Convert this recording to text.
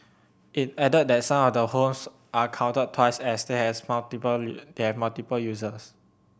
it added that some of the homes are counted twice as they has multiple their multiple uses